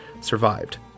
survived